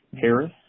Harris